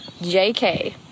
JK